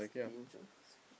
stinge ah